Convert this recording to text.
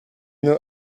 now